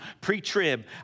pre-trib